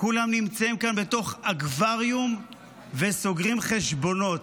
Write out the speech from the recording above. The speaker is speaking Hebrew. כולם נמצאים כאן בתוך אקווריום וסוגרים חשבונות.